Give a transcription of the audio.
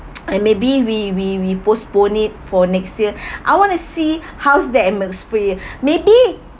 I maybe we we we postpone it for next year I want to see how's that atmosphere maybe